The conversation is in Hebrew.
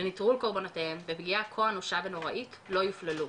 לנטרול קורבנותיהם ופגיעה כה אנושה והוראית לא יופללו,